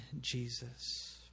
Jesus